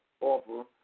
offer